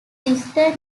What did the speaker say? sister